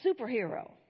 superhero